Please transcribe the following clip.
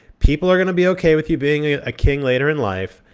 people are going to be okay with you being a king later in life.